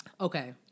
Okay